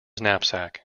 knapsack